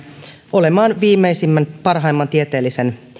olemaan viimeisimmän parhaimman tieteellisen